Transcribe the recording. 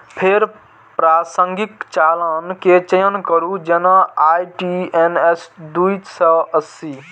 फेर प्रासंगिक चालान के चयन करू, जेना आई.टी.एन.एस दू सय अस्सी